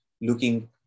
looking